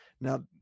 Now